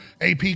AP